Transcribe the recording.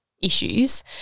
issues